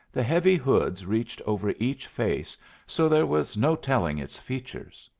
the heavy hoods reached over each face so there was no telling its features.